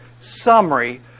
summary